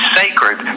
sacred